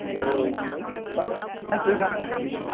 ꯑꯗꯨ ꯅꯠꯇꯔꯒ ꯀꯩꯅꯣ